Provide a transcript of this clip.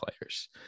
players